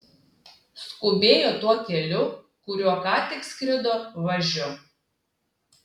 skubėjo tuo keliu kuriuo ką tik skrido važiu